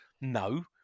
No